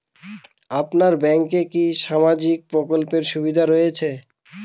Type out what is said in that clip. আপনার ব্যাংকে কি সামাজিক প্রকল্পের সুবিধা রয়েছে?